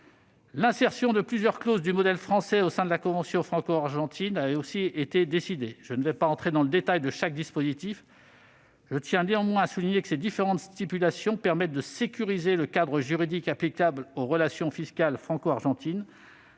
L'insertion de plusieurs clauses du modèle France au sein de la convention franco-argentine a aussi été décidée. Sans entrer dans le détail de chaque dispositif, je tiens tout de même à souligner que ces différentes stipulations sécurisent le cadre juridique applicable aux relations fiscales franco-argentines,